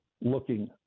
looking